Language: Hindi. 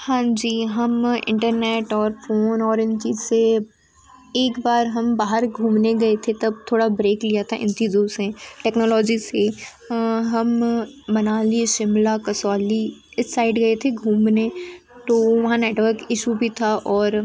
हाँ जी हम इंटरनेट और फोन और इन चीज़ से एक बार हम बाहर घूमने गए थे तब थोड़ा ब्रेक लिया था इन चीज़ों सें टेक्नौलौजी हम मनाली शिमला कसौली इस साइड गए थी घूमने तो वहाँ नेटवर्क इसु भी था और